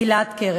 גלעד קרן.